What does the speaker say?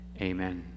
Amen